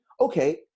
okay